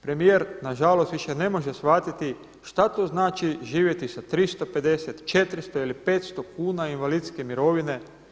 Premijer na žalost više ne može shvatiti šta to znači živjeti sa 350, 400, 500 kuna invalidske mirovine.